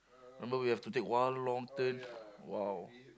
remember we have to take one long turn !wow!